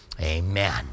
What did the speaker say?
Amen